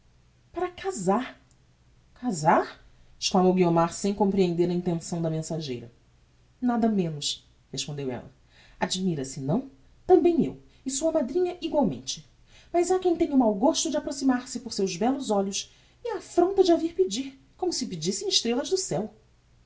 olhos para casar casar exclamou guiomar sem comprehender a intenção da mensageira nada menos respondeu esta admira-se não tambem eu e sua madrinha egualmente mas ha quem tenha o mau gosto de apaixonar-se por seus bellos olhos e a affronta de a vir pedir como se se podissem as estrellas do ceu